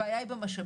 הבעיה היא במשאבים.